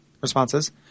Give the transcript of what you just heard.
responses